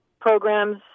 programs